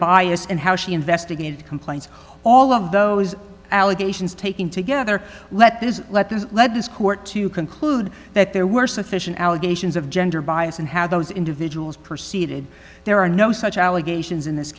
bias and how she investigated complaints all of those allegations taken together let this let this lead this court to conclude that there were sufficient allegations of gender bias and how those individuals proceeded there are no such allegations in this